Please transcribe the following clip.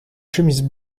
chemise